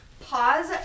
Pause